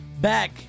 Back